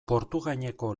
portugaineko